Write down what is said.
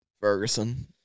Ferguson